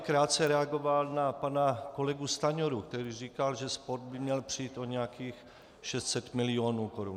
Krátce bych reagoval na pana kolegu Stanjuru, který říkal, že sport by měl přijít o nějakých 600 milionů korun.